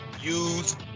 use